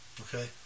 okay